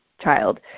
child